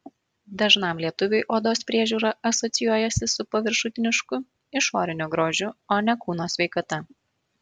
dažnam lietuviui odos priežiūra asocijuojasi su paviršutinišku išoriniu grožiu o ne kūno sveikata